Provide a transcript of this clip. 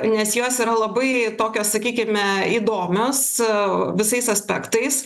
nes jos yra labai tokios sakykime įdomios aaa visais aspektais